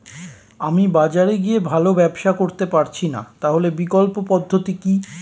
আমি বাজারে গিয়ে ভালো ব্যবসা করতে পারছি না তাহলে বিকল্প পদ্ধতি কি?